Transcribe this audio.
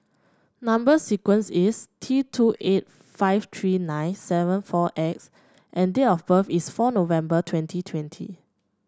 number sequence is T two eight five three nine seven four X and date of birth is four November twenty twenty